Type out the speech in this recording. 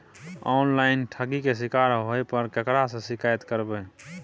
Online ठगी के शिकार होय पर केकरा से शिकायत करबै?